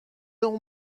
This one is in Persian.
اون